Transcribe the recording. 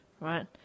right